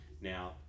Now